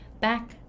back